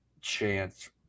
chance